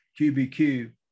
QBQ